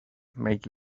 make